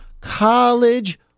college